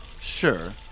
sure